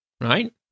right